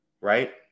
right